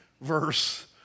verse